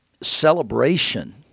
celebration